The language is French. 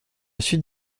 suite